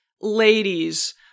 Ladies